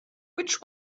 which